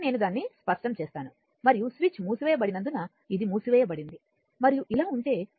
కాబట్టి నేను దానిని స్పష్టం చేస్తాను మరియు స్విచ్ మూసివేయబడినందున ఇది మూసివేయబడింది మరియు ఇలా ఉంటే